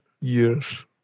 years